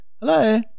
Hello